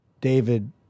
David